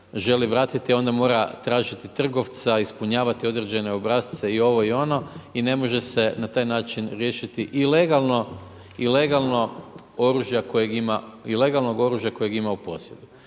onda mora tražiti trgovca, ispunjavati određene obrasce i ovo i ono i ne može se na taj način riješiti i legalno oružja kojeg ima u posjedu.